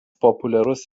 populiarus